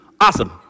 Awesome